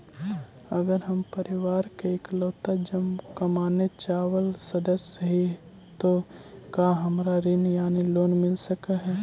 अगर हम परिवार के इकलौता कमाने चावल सदस्य ही तो का हमरा ऋण यानी लोन मिल सक हई?